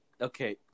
Okay